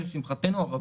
לשמחתנו הרבה.